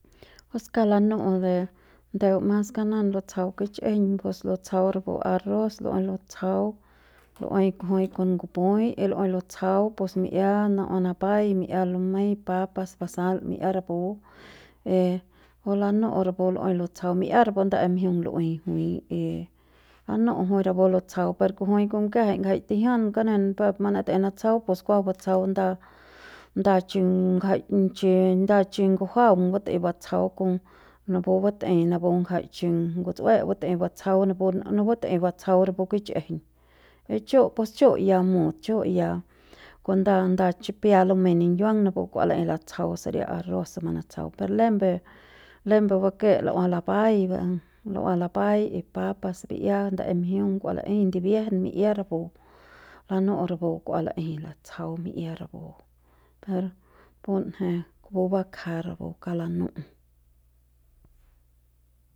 Pus kauk lanu'u re ndeu mas kanan lutsjau kichjiñ pus lutsjau rapu arroz lu'uei lutsjau lu'uei kujui kon ngup'ui y lu'uei lutsjau pus mi'ia na'ua napai y mi'ia lumei papas basal mi'ia rapu y jui lanu'u kupu lu'uei lutsjau mi'ia rapu ndae mjiung lu'ui jui y lanu'u rapu jui lutsjau per kujui kiajai jai tijian kanen peuk manatei natsjau pues kuas batsjau nda nda chi ngjai chi nda chi ngujuaung bat'ei batsjau kon napu batei napu ngjai chi ngutsue batei batsjau napu napu batei batsjau rapu kichjiñ y chu pus chu ya mut chu' ya kon nda nda chipia lumei ningiuang napu kua laei latsjau saria arroz se manatsjau per lembe lembu bake la'ua lapai la'ua lapai y papas bi'ia ndae mjiung kua laei ndibiejen mi'ia rapu lanu'u rapu kua laei latsjau mi'ia rapu per punje kupu bakja rapu kauk lanu'u.